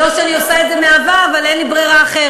לא שאני עושה את זה מאהבה, אבל אין לי ברירה אחרת.